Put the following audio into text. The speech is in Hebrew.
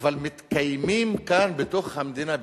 אבל מתקיימים כאן בתוך המדינה,